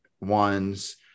ones